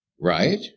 Right